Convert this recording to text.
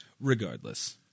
Regardless